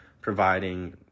providing